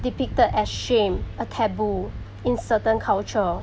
depicted as shame a taboo in certain culture